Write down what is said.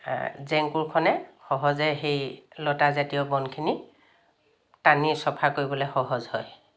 জেংকোৰখনে সহজে সেই লতা জাতীয় বনখিনি টানি চফা কৰিবলৈ সহজ হয়